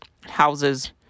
houses